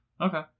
Okay